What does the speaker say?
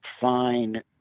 fine